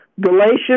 Galatians